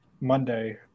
Monday